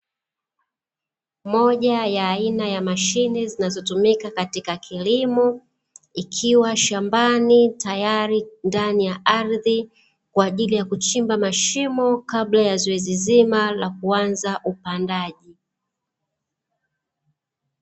Moja ya aina ya mashine zinazotumika katika kilimo, ikiwa shambani tayari ndani ya ardhi, kwa ajili ya kuchimba mashimo kabla ya zoezi zima la kuanza upandaji.